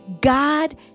God